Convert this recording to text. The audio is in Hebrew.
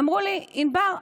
אמרו לי: ענבר,